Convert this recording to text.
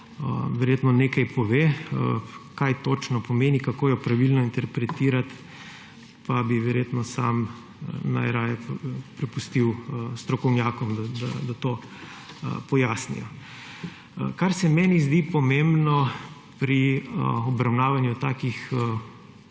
verjetno nekaj pove. Kaj točno pomeni, kako jo pravilno interpretirati, pa bi verjetno sam najraje prepustil strokovnjakom, da to pojasnijo. Kar se meni zdi pomembno pri obravnavanju takih